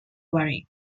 worry